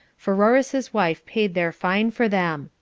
pheroras's wife paid their fine for them.